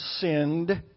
sinned